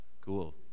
cool